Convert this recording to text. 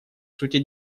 сути